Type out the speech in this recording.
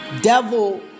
devil